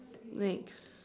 next